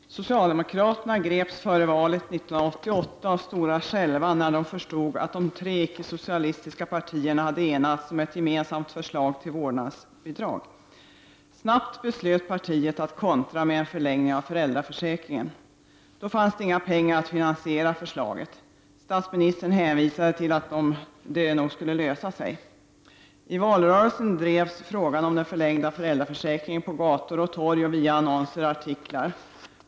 Herr talman! Socialdemokraterna greps före valet 1988 av stora skälvan när de förstod att de tre icke-socialistiska partierna hade enats om ett gemensamt förslag till vårdnadsbidrag. Snabbt beslöt partiet att kontra med en förlängning av föräldraförsäkringen. Då fanns det inga pengar att finansiera förslaget med. Statsministern hänvisade till att det nog skulle lösa sig. I valrörelsen drevs frågan om den förlängda föräldraförsäkringen på gator och torg samt via annonser och artiklar.